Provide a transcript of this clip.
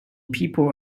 people